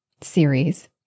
series